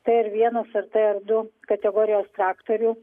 t ir vienas ar t ir du kategorijos traktorių